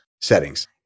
settings